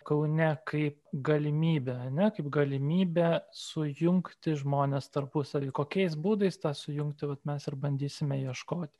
kaune kaip galimybę ar ne kaip galimybę sujungti žmones tarpusavy kokiais būdais tą sujungti vat mes ir bandysime ieškoti